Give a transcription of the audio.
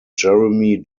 jeremy